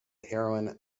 heroine